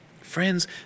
Friends